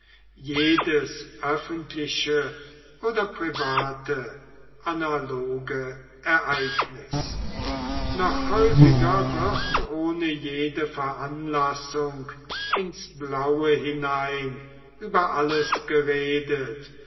jedes öffentliche oder private analoge ereignis noch häufiger wird ohne jede veranlassung ins blaue hinein über alles geredet